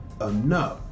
enough